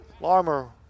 Larmer